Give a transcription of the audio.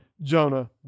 Jonah